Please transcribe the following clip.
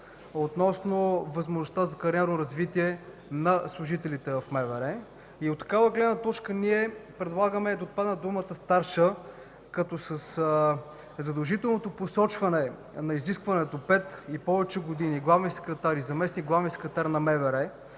относно възможността за кариерно развитие на служителите в МВР. От тази гледна точка ние предлагаме да отпадне думата „старша”, като със задължителното посочване на изискването за 5 и повече години главният секретар и заместник-главният секретар на МВР